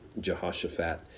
Jehoshaphat